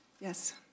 Yes